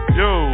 yo